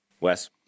Wes